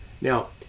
Now